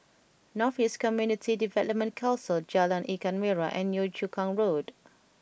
North East Community Development Council Jalan Ikan Merah and Yio Chu Kang Road